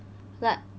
like